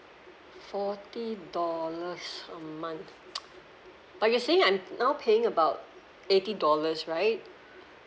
forty dollars a month but you're saying I'm now paying about eighty dollars right